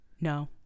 No